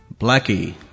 Blackie